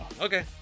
Okay